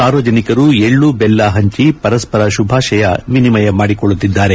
ಸಾರ್ವಜನಿಕರು ಎಳ್ಳು ದೆಲ್ಲ ಹಂಚಿ ಪರಸ್ಪರ ಶುಭಾಶಯ ವಿನಿಮಯ ಮಾಡಿಕೊಳ್ಳುತ್ತಿದ್ದಾರೆ